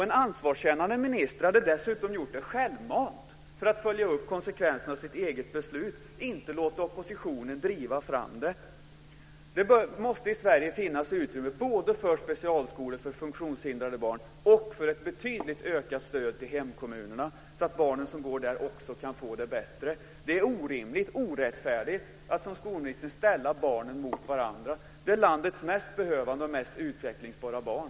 En ansvarskännande minister hade dessutom gjort det självmant för att följa upp konsekvenserna av sitt eget beslut, inte låtit oppositionen driva fram det. Det måste i Sverige finnas utrymme för både specialskolor för funktionshindrade barn och ett betydligt ökat stöd till hemkommunerna så att de barn som går där också kan få det bättre. Det är orimligt och orättfärdigt att som skolministern ställa barnen mot varandra. Det är landets mest behövande och mest utvecklingsbara barn.